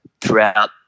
throughout